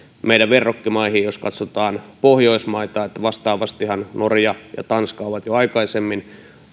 meidän verrokkimaihin jos katsotaan pohjoismaita niin vastaavastihan norja ja tanska ovat jo aikaisemmin